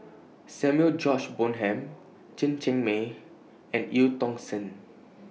Samuel George Bonham Chen Cheng Mei and EU Tong Sen